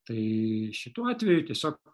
tai šituo atveju tiesiog